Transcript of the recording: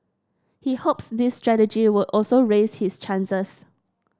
he hopes this strategy would also raise his chances